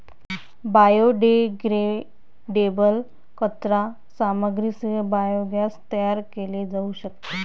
biodegradable कचरा सामग्रीसह biogas तयार केले जाऊ शकते